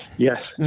Yes